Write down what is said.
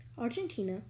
Argentina